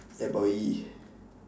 yeah boy